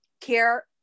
care